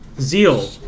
Zeal